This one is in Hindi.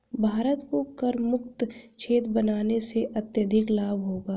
भारत को करमुक्त क्षेत्र बनाने से अत्यधिक लाभ होगा